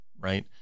right